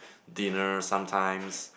dinner sometimes